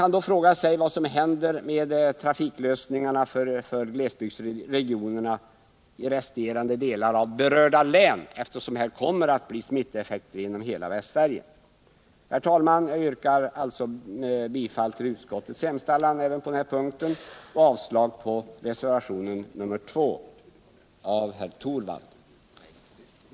Man kan fråga sig vad som händer med trafiklösningarna för glesbygdsregionerna i resterande delar av berörda län, eftersom det med säkerhet kommer att bli smittoeffekter inom hela Västsverige. Herr talman! Jag yrkar bifall till utskottets hemställan även på denna punkt och avslag på reservationen nr 2 av Rune Torwald.